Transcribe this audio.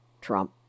Trump